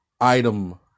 item